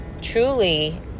truly